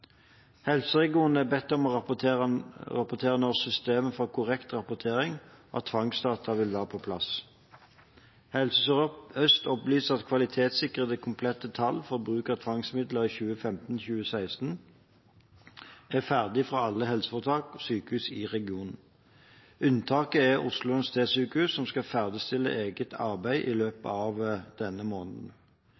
er bedt om å rapportere når systemer for korrekt rapportering av tvangsdata vil være på plass: Helse Sør-Øst opplyser at kvalitetssikrede, komplette tall for bruk av tvangsmidler i 2015/2016 er ferdig fra alle helseforetak/sykehus i regionen. Unntaket er Oslo universitetssykehus, som skal ferdigstille eget arbeid i løpet